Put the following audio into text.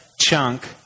chunk